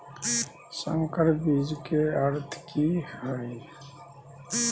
संकर बीज के अर्थ की हैय?